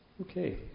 Okay